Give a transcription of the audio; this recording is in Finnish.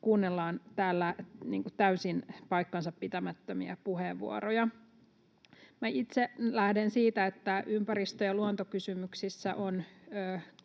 kuunnellaan täällä täysin paikkansapitämättömiä puheenvuoroja. Minä itse lähden siitä, että ympäristö- ja luontokysymyksissä on